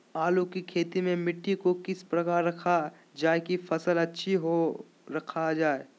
आलू की खेती में मिट्टी को किस प्रकार रखा रखा जाए की फसल अच्छी होई रखा जाए?